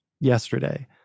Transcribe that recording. yesterday